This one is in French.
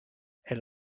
elle